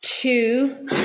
Two